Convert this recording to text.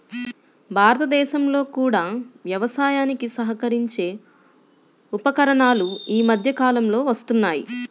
భారతదేశంలో కూడా వ్యవసాయానికి సహకరించే ఉపకరణాలు ఈ మధ్య కాలంలో వస్తున్నాయి